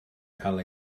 cael